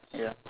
ya